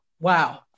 wow